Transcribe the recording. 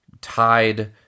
tied